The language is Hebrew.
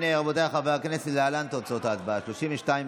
התשפ"ג 2022,